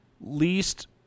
least